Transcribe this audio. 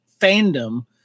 fandom